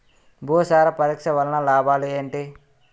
భూసార పరీక్ష వలన లాభాలు ఏంటి?